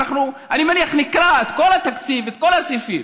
אני מניח שנקרא את כל התקציב ואת כל הסעיפים.